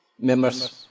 members